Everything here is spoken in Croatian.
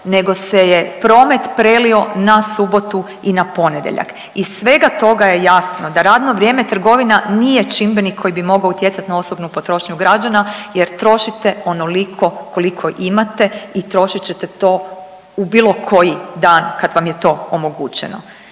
nego se je promet prelio na subotu i na ponedjeljak. Iz svega toga je jasno da radno vrijeme trgovina nije čimbenik koji bi mogao utjecati na osobnu potrošnju građana jer trošite onoliko koliko imate i trošit ćete to u bilo koji dan kad vam je to omogućeno.